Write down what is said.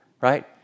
right